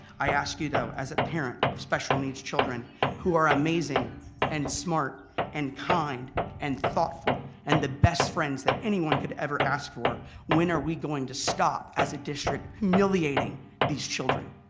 i ask you though, as a parent of special needs children who are amazing and smart and kind and thoughtful and the best friends that anyone could ever ask for when are we going to stop, as a district, humiliating these children.